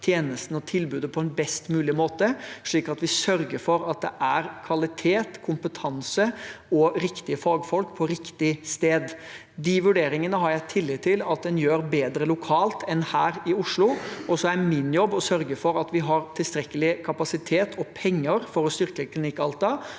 tjenesten og tilbudet på en best mulig måte, slik at vi sørger for at det er kvalitet, kompetanse og riktige fagfolk på riktig sted. De vurderingene har jeg tillit til at en gjør bedre lokalt enn her i Oslo, og så er min jobb å sørge for at vi har tilstrekkelig kapasitet og penger for å styrke Klinikk Alta.